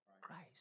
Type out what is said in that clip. Christ